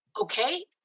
Okay